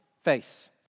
face